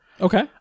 Okay